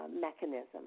mechanism